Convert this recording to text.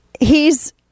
hes